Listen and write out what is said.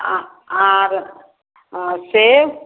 आओर आओर सेब